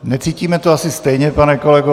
Necítíme to asi stejně, pane kolego.